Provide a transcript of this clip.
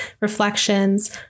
reflections